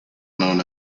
known